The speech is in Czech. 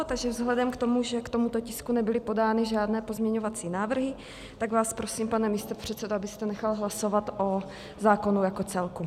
Takže vzhledem k tomu, že k tomuto tisku nebyly podány žádné pozměňovací návrhy, tak vás prosím, pane místopředsedo, abyste nechal hlasovat o zákonu jako celku.